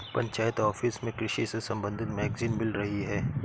panchayat office में कृषि से संबंधित मैगजीन मिल रही है